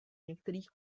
některých